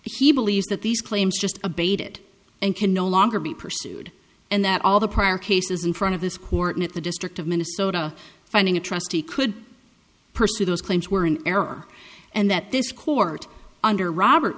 he believes that these claims just abated and can no longer be pursued and that all the prior cases in front of this court the district of minnesota finding a trustee could pursue those claims were in error and that this court under robert